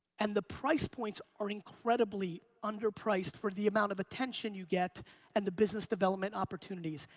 and the price points are incredibly under priced for the amount of attention you get and the business development opportunities.